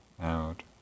out